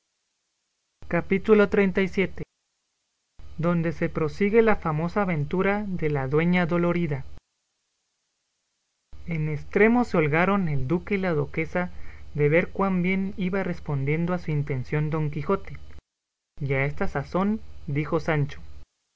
capítulo xxxvii donde se prosigue la famosa aventura de la dueña dolorida en estremo se holgaron el duque y la duquesa de ver cuán bien iba respondiendo a su intención don quijote y a esta sazón dijo sancho